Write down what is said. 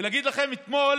אתמול